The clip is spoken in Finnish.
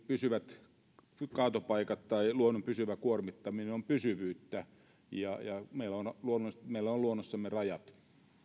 pysyvät kaatopaikat tai luonnon pysyvä kuormittaminen ovat kuitenkin pysyvyyttä ja ja meillä on luonnossamme rajat